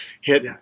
hit